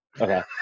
Okay